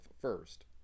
first